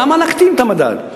למה להקטין את המדד?